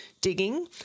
digging